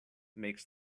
makes